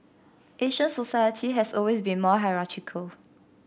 Asian society has always been more hierarchical